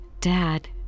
Dad